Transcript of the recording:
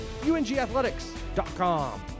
ungathletics.com